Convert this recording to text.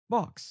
Box